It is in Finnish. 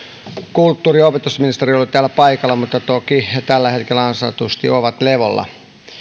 kulttuuri ja opetusministerit olivat täällä paikalla mutta toki he tällä hetkellä ansaitusti ovat levolla